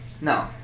No